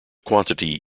quantity